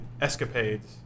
escapades